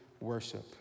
worship